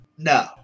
No